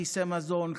כרטיסי מזון,